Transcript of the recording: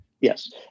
Yes